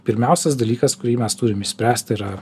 pirmiausias dalykas kurį mes turim išspręst yra